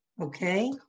Okay